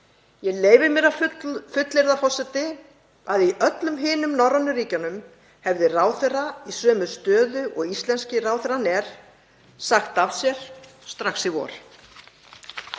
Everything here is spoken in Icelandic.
Ég leyfi mér að fullyrða, forseti, að í öllum hinum norrænu ríkjunum hefði ráðherra í sömu stöðu og íslenski ráðherrann er sagt af sér strax í vor.